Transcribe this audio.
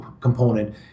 component